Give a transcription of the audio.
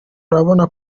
urabona